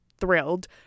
thrilled